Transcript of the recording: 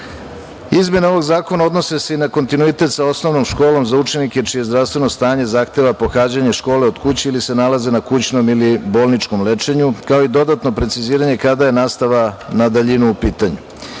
ovog zakona odnose se i na kontinuitet sa osnovnom školom za učenike čije zdravstveno stanje zahteva pohađanje škole od kuće ili se nalaze na kućnom ili bolničkom lečenju, kao i dodatno preciziranje kada je nastava na daljinu u pitanju. Izmena